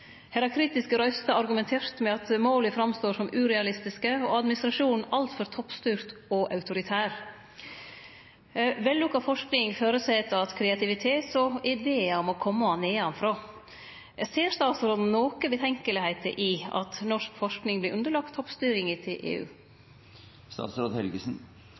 har kritiske røystar argumentert med at måla framstår som urealistiske og administrasjonen altfor toppstyrt og autoritær. Vellukka forsking føreset at kreativitet og idear må kome nedanfrå. Ser statsråden noko betenkeleg i at norsk forsking vert underlagt toppstyringa til EU?